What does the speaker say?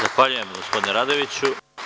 Zahvaljujem gospodine Radojeviću.